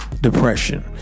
depression